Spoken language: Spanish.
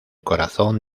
corazón